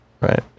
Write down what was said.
right